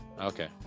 Okay